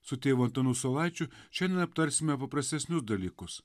su tėvu antanu saulaičiu šiandien aptarsime paprastesnius dalykus